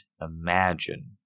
imagine